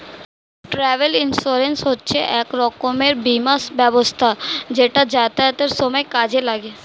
travel insurance হচ্ছে এক রকমের বীমা ব্যবস্থা যেটা যাতায়াতের সময় কাজে লাগে